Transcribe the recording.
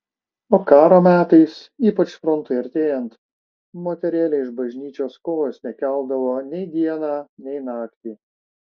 o karo metais ypač frontui artėjant moterėlė iš bažnyčios kojos nekeldavo nei dieną nei naktį